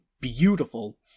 beautiful